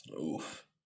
Oof